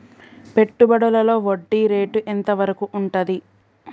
పెట్టుబడులలో వడ్డీ రేటు ఎంత వరకు ఉంటది?